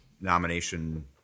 nomination